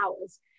hours